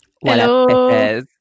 Hello